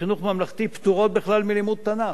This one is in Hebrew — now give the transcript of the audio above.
בחינוך הממלכתי פטורות בכלל מלימוד תנ"ך.